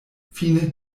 fine